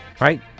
Right